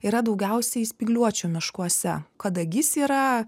yra daugiausiai spygliuočių miškuose kadagys yra